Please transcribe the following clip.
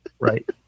Right